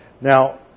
Now